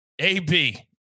AB